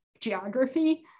geography